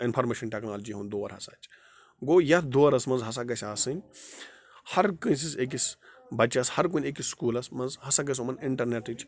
information technology ہُنٛد دور ہسا چھِ گوٚو یَتھ دورَس منٛز ہسا گژھِ آسٕنۍ ہَرٕ کٲنٛسہِ ہٕنٛز أکِس بَچَس ہَر کُنہِ أکِس سکوٗلَس منٛز ہسا گژھِ یِمَن اِنٹَرنٮ۪ٹٕچ